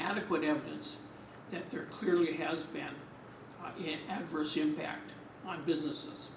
adequate evidence that there are clearly has been an adverse impact on businesses